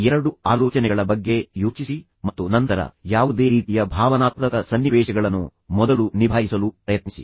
ಈ ಎರಡು ಆಲೋಚನೆಗಳ ಬಗ್ಗೆ ಯೋಚಿಸಿ ಮತ್ತು ನಂತರ ಯಾವುದೇ ರೀತಿಯ ಭಾವನಾತ್ಮಕ ಸನ್ನಿವೇಶಗಳನ್ನು ಮೊದಲು ನಿಭಾಯಿಸಲು ಪ್ರಯತ್ನಿಸಿ